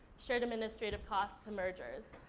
shared administrative costs, to mergers.